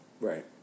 Right